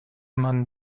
man